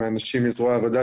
המטרה שלנו לראות מה עובד בצורה